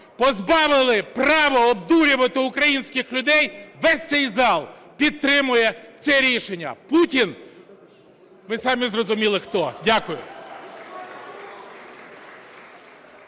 позбавили права обдурювати українських людей, весь цей зал підтримує це рішення. Путін – ви самі зрозуміли хто. Дякую.